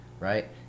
right